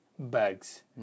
bags